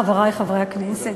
חברי חברי הכנסת,